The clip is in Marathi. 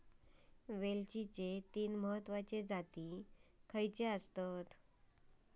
वेलचीचे तीन महत्वाचे जाती खयचे आसत?